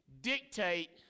dictate